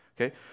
okay